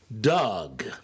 Doug